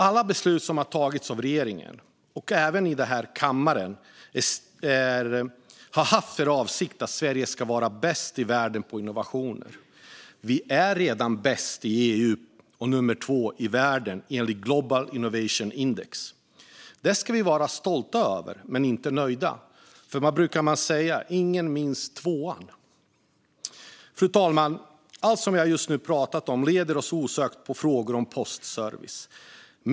Alla beslut som har tagits av regeringen eller i denna kammare har haft avsikten att Sverige ska vara bäst i världen på innovationer. Vi är redan bäst i EU och nummer 2 i världen, enligt Global Innovation Index. Det ska vi vara stolta över, men vi ska inte vara nöjda. Vad brukar man säga? Ingen minns tvåan. Fru talman! Allt som jag just pratat om leder oss osökt in på frågor om postservice.